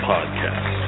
Podcast